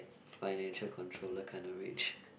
financial controller kind of rich